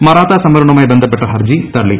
മറാത്താ സംവരണവുമായി ബന്ധപ്പെട്ട ഹർജി തള്ളി